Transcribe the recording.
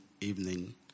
evening